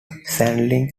standing